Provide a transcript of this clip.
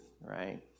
right